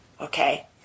Okay